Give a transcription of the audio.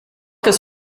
has